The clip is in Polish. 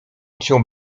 cię